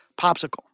popsicle